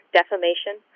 defamation